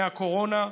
מהקורונה.